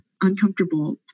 uncomfortable